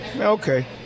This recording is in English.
okay